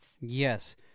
Yes